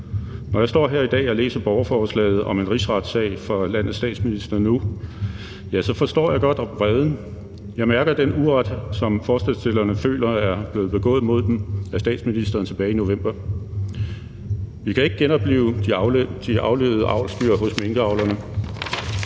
Når jeg står her i dag og læser borgerforslaget om en rigsretssag for landets statsminister nu, forstår jeg godt vreden. Jeg mærker den uret, som forslagsstillerne føler er blevet begået imod dem af statsministeren tilbage i november. Vi kan ikke genoplive de aflivede avlsdyr hos minkavlerne,